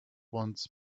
once